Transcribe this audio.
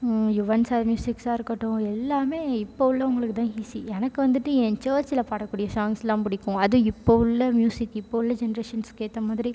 Yuvan sir மியூசிக்கா இருக்கட்டும் எல்லாமே இப்போ உள்ளவங்களுக்கு தான் ஈஸி எனக்கு வந்துவிட்டு என் சர்ச்சில் பாடக்கூடிய சாங்ஸுலாம் பிடிக்கும் அது இப்போது உள்ள மியூசிக் இப்போ உள்ள ஜென்ரேஷன்ஸுக்கு ஏற்ற மாதிரி